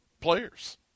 players